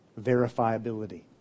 verifiability